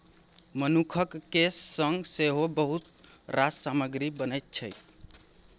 मनुखक केस सँ सेहो बहुत रास सामग्री बनैत छै